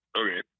okay